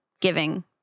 giving